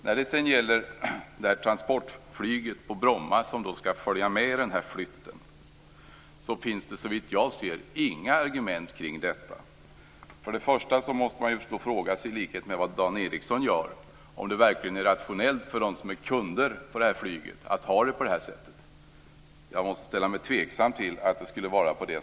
När det sedan gäller transportflyget på Bromma, som alltså skall följa med i flytten, finns det såvitt jag ser inga argument för detta. För det första måste man, i likhet med Dan Ericsson, fråga sig om det verkligen är rationellt för dem som är kunder till det här flyget att ha det så här. Jag måste ställa mig tveksam till att det skulle vara så.